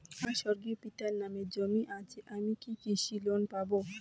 আমার স্বর্গীয় পিতার নামে জমি আছে আমি কি কৃষি লোন পাব?